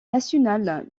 national